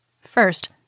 First